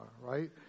right